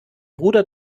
bruder